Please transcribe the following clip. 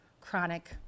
chronic